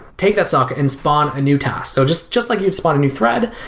take that socket and spawn a new task. so just just like you'd spawn a new thread,